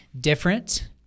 different